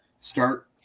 Start